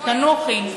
תנוחי.